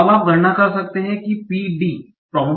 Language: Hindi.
अब आप गणना कर सकते हैं कि PD